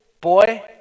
boy